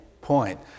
point